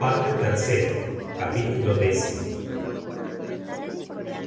e z x